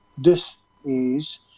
dis-ease